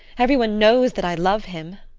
every one knows that i love him.